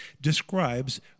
describes